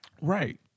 Right